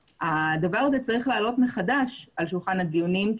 הדבר הזה צריך לעלות מחדש על שולחן הדיונים,